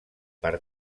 per